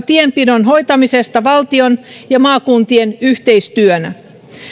tienpidon hoitamisesta valtion ja maakuntien yhteistyönä